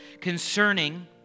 concerning